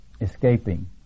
escaping